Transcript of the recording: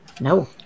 No